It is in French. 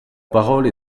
parole